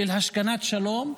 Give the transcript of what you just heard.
של השכנת שלום.